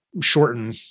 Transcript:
shorten